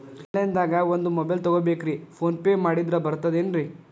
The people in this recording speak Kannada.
ಆನ್ಲೈನ್ ದಾಗ ಒಂದ್ ಮೊಬೈಲ್ ತಗೋಬೇಕ್ರಿ ಫೋನ್ ಪೇ ಮಾಡಿದ್ರ ಬರ್ತಾದೇನ್ರಿ?